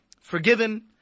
forgiven